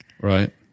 right